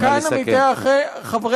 נא לסכם.